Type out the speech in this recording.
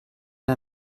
der